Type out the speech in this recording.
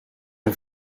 een